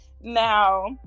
Now